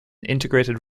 integrated